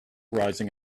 rising